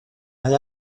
mae